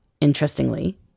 interestingly